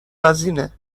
وزینه